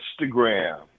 Instagram